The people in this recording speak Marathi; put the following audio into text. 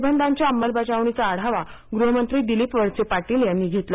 निर्बंधांच्या अंमलबजावणीचा आढावा गृहमंत्री दिलीप वळसे पाटील यांनी घेतला